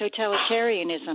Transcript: totalitarianism